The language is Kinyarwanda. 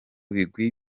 bigwi